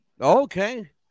Okay